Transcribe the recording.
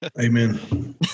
Amen